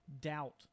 Doubt